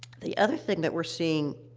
the other thing that we're seeing